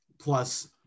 plus